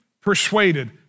persuaded